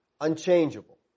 unchangeable